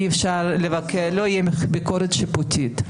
לא תהיה ביקורת שיפוטית.